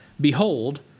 behold